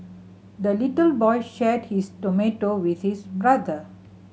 the little boy shared his tomato with his brother